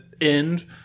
end